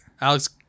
Alex